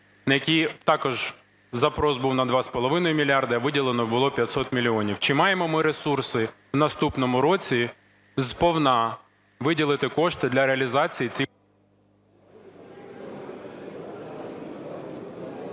на які також запрос був на 2,5 мільярда, а виділено було 500 мільйонів. Чи маємо ми ресурси в наступному році сповна виділити кошти для реалізації цих?..